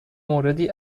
موردی